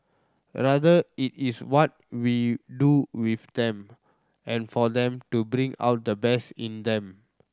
rather it is what we do with them and for them to bring out the best in them